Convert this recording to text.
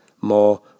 more